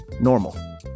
Normal